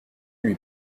lui